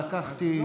לא.